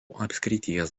apskrities